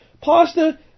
Pasta